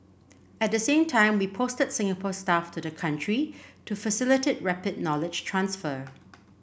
at the same time we posted Singapore staff to the country to facilitate rapid knowledge transfer